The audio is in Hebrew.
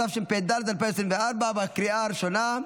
התשפ"ד 2024, לקריאה הראשונה.